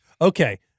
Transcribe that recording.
Okay